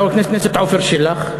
חבר הכנסת עפר שלח,